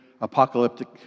apocalyptic